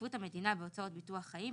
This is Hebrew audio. השתתפות המדינה בהוצאות ביטוח חיים,